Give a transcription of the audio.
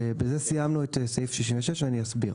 בזה סיימנו את סעיף 66 ואני אסביר.